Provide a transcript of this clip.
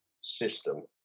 system